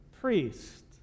Priest